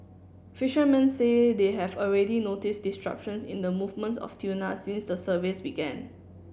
fishermen say they have already noticed disruptions in the movements of tuna since the surveys began